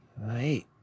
right